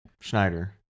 Schneider